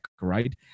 right